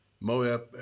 Moab